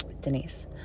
Denise